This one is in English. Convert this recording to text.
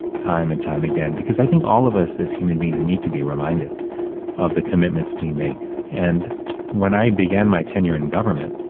time and time again, because i think all of us, as human beings, and need to be reminded of the commitments we make. and when i began my tenure in government,